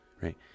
right